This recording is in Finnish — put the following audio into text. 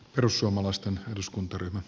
herra puhemies